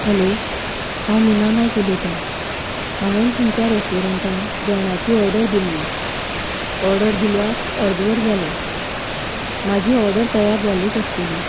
hello हांव मिना नायक उलयतां हांवेन तुमच्या रेस्टोरण्टान जेवणाची ऑर्डर दिल्ली ऑर्डर दिल्यार अर्दवर जालें म्हाजी ऑर्डर तयार जाल्लीच आसतली